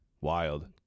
Wild